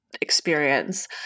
experience